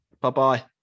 Bye-bye